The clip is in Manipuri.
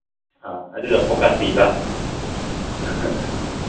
ꯑꯥ ꯑꯗꯨꯗ ꯐꯣꯀꯁ ꯄꯤꯕ